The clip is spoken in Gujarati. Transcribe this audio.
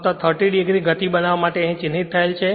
ફક્ત 30 o ગતિ બનાવવા માટે ચિહ્નિત થયેલ છે